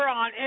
on